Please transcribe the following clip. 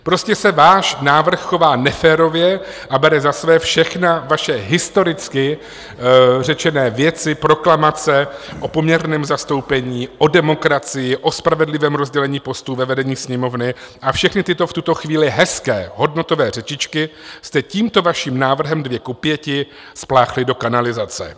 Prostě se váš návrh chová neférově a bere zasvé všechny vaše historicky řečené věci proklamace o poměrném zastoupení, o demokracii, o spravedlivém rozdělení postů ve vedení Sněmovny a všechny tyto v tuto chvíli hezké hodnotové řečičky jste tímto vaším návrhem 2 : 5 spláchli do kanalizace.